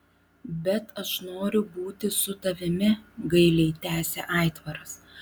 bet aš noriu būti su tavimi gailiai tęsė aitvaras